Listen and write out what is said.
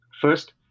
First